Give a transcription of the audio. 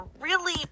really-